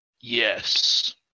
Yes